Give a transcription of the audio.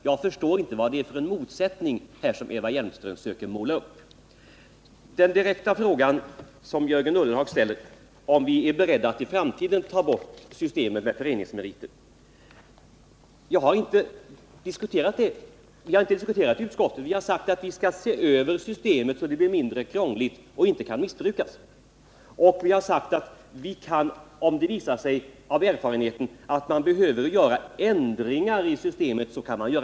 Jag förstår inte vad det är för motsättning som Eva Hjelmström försöker måla upp. Jörgen Ullenhag ställde den direkta frågan om vi är beredda att i framtiden ta bort systemet med föreningsmeriter. Den saken har vi inte diskuterat i utskottet. Vi har sagt att vi skall se över systemet, så att det blir mindre krångligt och inte kan missbrukas. Vi har också sagt att om erfarenheten visar att man behöver göra ändringar i systemet, så skall det ske.